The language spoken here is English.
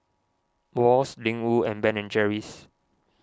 Wall's Ling Wu and Ben and Jerry's